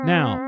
Now